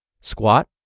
squat